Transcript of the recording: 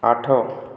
ଆଠ